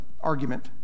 argument